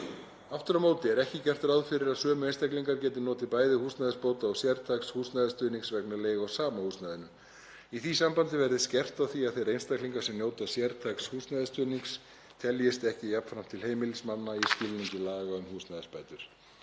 Aftur á móti er ekki gert ráð fyrir að sömu einstaklingar geti notið bæði húsnæðisbóta og sértæks húsnæðisstuðnings vegna leigu á sama húsnæðinu. Í því sambandi verði skerpt á því að þeir einstaklingar sem njóta sértæks húsnæðisstuðnings teljist ekki jafnframt til heimilismanna í skilningi laga um húsnæðisbætur.